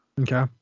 Okay